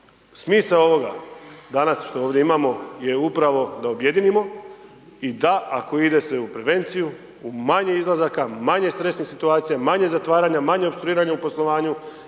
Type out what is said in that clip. smisao ovoga, danas što ovdje imamo je upravo da objedinimo i DA ako ide se u prevenciju, u manje izlazaka, manje stresnih situacija, manje zatvaranja, manje opstruiranja u poslovanju